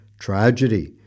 tragedy